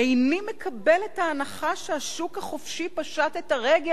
"איני מקבל את ההנחה שהשוק החופשי פשט את הרגל",